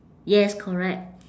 yes correct